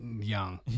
young